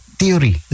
theory